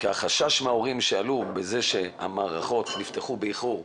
החשש שעלה מההורים שהמערכות נפתחו באיחור.